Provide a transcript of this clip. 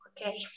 Okay